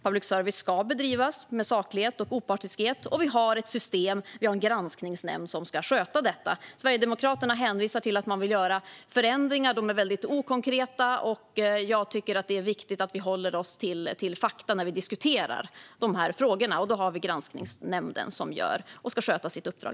Public service ska bedrivas med saklighet och opartiskhet, och det finns en granskningsnämnd som ska sköta sitt uppdrag. Sverigedemokraterna hänvisar till att man vill göra förändringar. De är okonkreta, och jag tycker att det är viktigt att vi håller oss till fakta när vi diskuterar dessa frågor. Där ska Granskningsnämnden sköta sitt uppdrag.